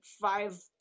five